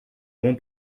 bon